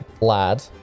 lad